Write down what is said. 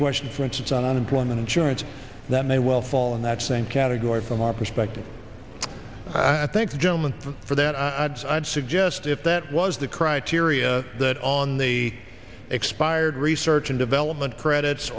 question for instance on unemployment insurance that may well fall in that same category from our perspective i think the gentleman from for that adds i would suggest if that was the criteria that on the expired research and development credits